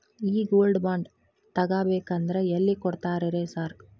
ಈ gold bond ತಗಾಬೇಕಂದ್ರ ಎಲ್ಲಿ ಕೊಡ್ತಾರ ರೇ ಸಾರ್?